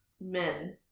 men